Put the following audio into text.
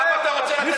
למה אתה רוצה לתת,